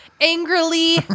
Angrily